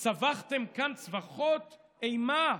וצווחתם כאן צווחות אימה.